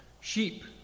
Sheep